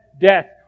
death